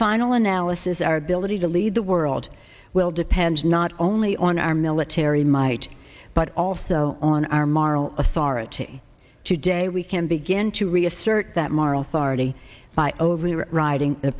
final analysis our ability to lead the world will depend not only on our military might but also on our moral authority today we can begin to reassert that moral authority by overriding the